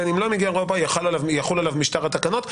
בין אם לא הגיע מאירופה יחול עליו משטר התקנות.